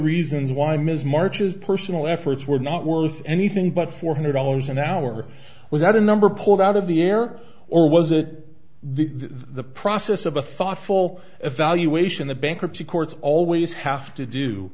reasons why ms march's personal efforts were not worth anything but four hundred dollars an hour was that a number pulled out of the air or was it the the process of a thoughtful evaluation the bankruptcy courts always have to do